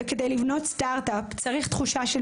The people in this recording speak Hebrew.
וכדי לבנות סטארט-אפ צריך תחושה של